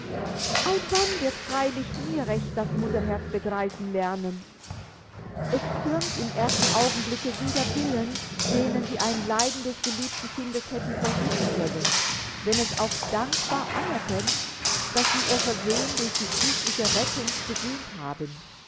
ein mann wird freilich nie recht das mutterherz begreifen lernen es zürnt im ersten augenblicke wider willen denen die ein leiden des geliebten kindes hätten verhüten können wenn es auch dankbar anerkennt daß sie ihr versehen durch die schließliche rettung gesühnt haben